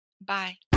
Bye